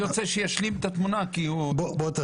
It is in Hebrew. אני רוצה שישלים את התמונה, כי הוא ההיסטוריה.